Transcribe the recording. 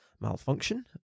malfunction